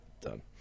done